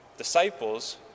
Disciples